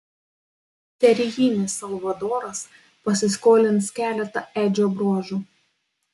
serijinis salvadoras pasiskolins keletą edžio bruožų